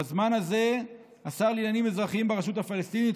בזמן הזה השר לעניינים אזרחיים ברשות הפלסטינית,